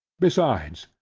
besides,